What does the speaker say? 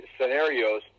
scenarios